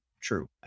true